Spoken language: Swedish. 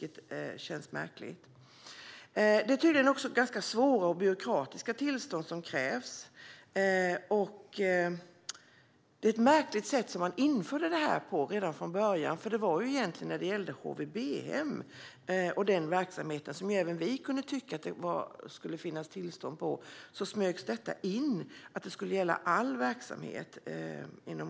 Det känns märkligt. Tillstånden är tydligen också ganska svåra och byråkratiska. Och det här infördes på ett ganska märkligt sätt redan från början. Det gällde egentligen HVB-hem och deras verksamheter. Även vi tyckte att det skulle finnas tillstånd för att bedriva sådana. Då smögs det in att det skulle gälla all omsorgsverksamhet.